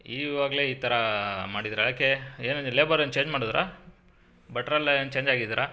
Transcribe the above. ಈವಾಗಲೇ ಈ ಥರ ಮಾಡಿದ್ದೀರಾ ಯಾಕೆ ಏನು ಲೇಬರ್ ಏನು ಚೇಂಜ್ ಮಾಡಿದ್ರ ಭಟ್ರೆಲ್ಲ ಏನು ಚೇಂಜ್ ಆಗಿದರಾ